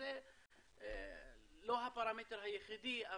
זה לא הפרמטר היחידי,